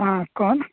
हाँ कौन